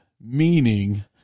meaning